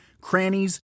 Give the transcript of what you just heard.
crannies